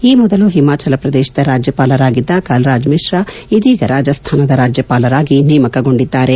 ಈ ಮೊದಲು ಹಿಮಾಚಲ ಪ್ರದೇಶದ ರಾಜ್ಯಪಾಲರಾಗಿದ್ದ ಕಲ್ರಾಜ್ ಮಿಶ್ರಾ ಇದೀಗ ರಾಜಸ್ಥಾನದ ರಾಜ್ಯಪಾಲರಾಗಿ ನೇಮಕಗೊಂಡಿದ್ದಾರೆ